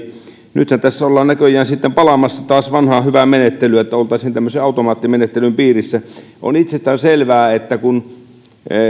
nythän tässä ollaan näköjään sitten palaamassa taas vanhaan hyvään menettelyyn että oltaisiin tämmöisen automaattimenettelyn piirissä on itsestäänselvää että kun